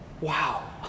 wow